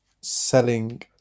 selling